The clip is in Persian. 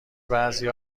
بعضی